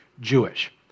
Jewish